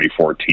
2014